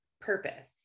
purpose